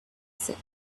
said